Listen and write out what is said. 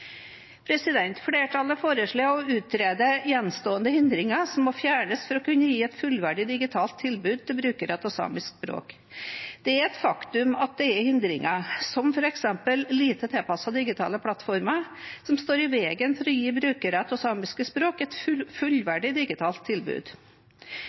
Flertallet foreslår å utrede hvilke gjenstående hindringer som må fjernes for å kunne gi et fullverdig digitalt tilbud til brukere av samiske språk. Det er et faktum at det er hindringer, som f.eks. lite tilpassede digitale plattformer, som står i veien for å gi brukere av samiske språk et